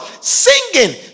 singing